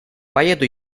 поеду